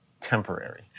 temporary